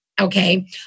Okay